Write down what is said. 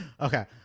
Okay